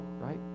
right